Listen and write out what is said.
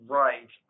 right